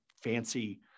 fancy